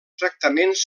tractaments